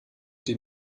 die